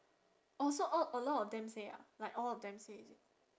orh so all a lot of them say ah like all of them say is it